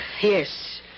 Yes